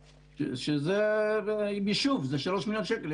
אם ליישוב זה 3 מיליון שקל,